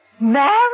Married